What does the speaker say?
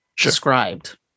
described